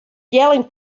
yelling